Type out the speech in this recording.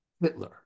Hitler